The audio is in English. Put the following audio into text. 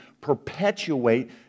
perpetuate